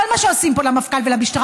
כל מה שעושים פה למפכ"ל ולמשטרה,